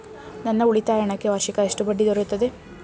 ನನ್ನ ಉಳಿತಾಯ ಹಣಕ್ಕೆ ವಾರ್ಷಿಕ ಎಷ್ಟು ಬಡ್ಡಿ ದೊರೆಯುತ್ತದೆ?